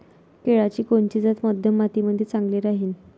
केळाची कोनची जात मध्यम मातीमंदी चांगली राहिन?